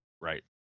Right